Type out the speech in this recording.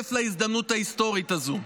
ותצטרף להזדמנות ההיסטורית הזו.